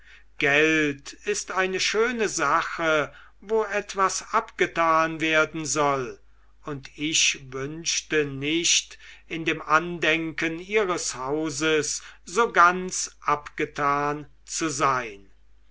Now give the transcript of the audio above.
geld ist eine schöne sache wo etwas abgetan werden soll und ich wünschte nicht in dem andenken ihres hauses so ganz abgetan zu sein